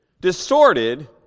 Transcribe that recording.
distorted